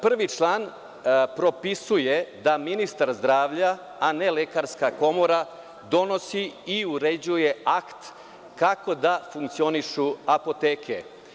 Prvi član propisuje da ministar zdravlja, a ne Lekarska komora, donosi i uređuje akt kako da funkcionišu apoteke.